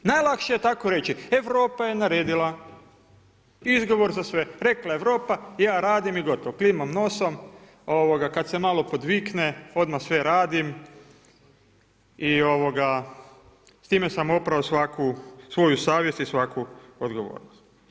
Najlakše je tako reći, Europa je naredila, izgovor za sve, rekla je Europa ja radim i gotovo, klimam nosom kada se malo podvikne, odmah sve radim i s time sam oprao svaku svaku svoju savjest i svaku odgovornost.